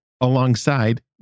alongside